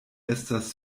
estas